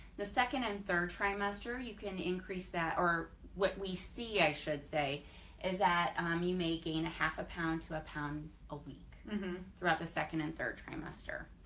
the second and third trimester you can increase that or what we see i should say is that on you may gain a half a pound to a pound a week throughout the second and third trimester.